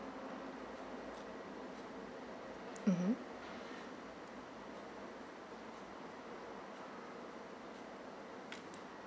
mmhmm